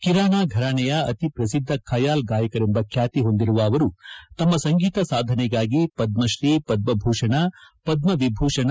ಕಿರಾಣಾ ಫರಾಣೆಯ ಅತೀ ಪ್ರಸಿದ್ದ ಖಯಾಲ್ ಗಾಯಕರೆಂಬ ಖ್ಯಾತಿ ಹೊಂದಿರುವ ಅವರು ತಮ್ನ ಸಂಗೀತ ಸಾಧನೆಗಾಗಿ ಪದ್ರುೀ ಪದ್ದ ಭೂಷಣ ಪದ್ದ ವಿಭೂಷಣ